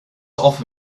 offer